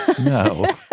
No